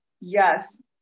Yes